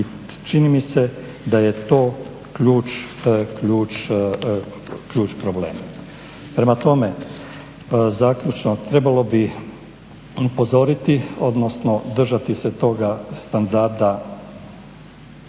i čini mi se da je to ključ problema. Prema tome, zaključno, trebalo bi upozoriti odnosno držati se toga standarda